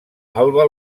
alba